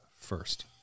first